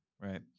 Right